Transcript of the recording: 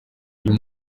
uyu